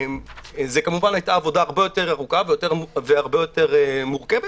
זו כמובן הייתה עבודה הרבה יותר ארוכה והרבה יותר מורכבת.